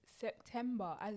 September